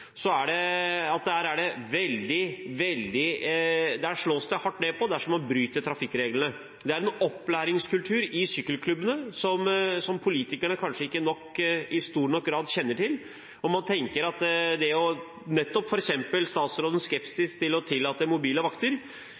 er det det at der slås det hardt ned på dersom man bryter trafikkreglene. Det er en opplæringskultur i sykkelklubbene som politikerne kanskje ikke i stor nok grad kjenner til, f.eks. at statsråden er skeptisk til å tillate mobile vakter. Man bør kanskje være med i en sykkelklubb og se den interne justisen som er på å